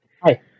Hi